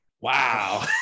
Wow